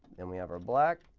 then we have our black.